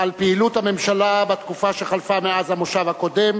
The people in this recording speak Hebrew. על פעילות הממשלה בתקופה שחלפה מאז המושב הקודם